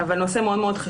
אבל זה נושא מאוד חשוב.